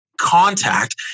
contact